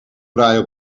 draaien